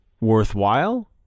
worthwhile